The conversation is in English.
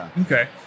Okay